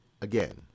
again